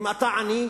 אם אתה עני.